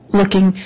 looking